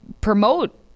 promote